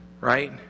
right